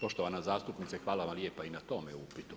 Poštovana zastupnice, hvala vam lijepa i na tome upitu.